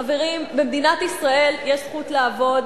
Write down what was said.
חברים, במדינת ישראל יש זכות לעבוד,